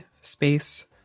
space